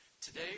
Today